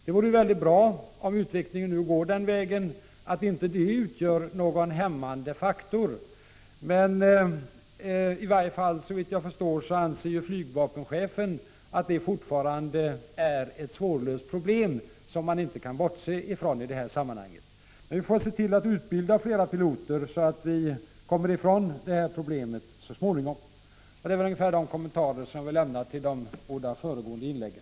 Det vore bra om utvecklingen ginge i den riktningen att pilotbristen inte skulle utgöra någon hämmande faktor, men såvitt jag förstått anser flygvapenchefen att detta fortfarande är ett svårlöst problem som man inte kan bortse ifrån i sammanhanget. Vi får se till att utbilda fler piloter för att så småningom komma ifrån detta problem. Det var dessa kommentarer jag ville göra till de båda föregående inläggen.